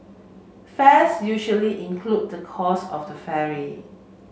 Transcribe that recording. fares usually include the cost of the ferry